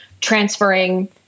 transferring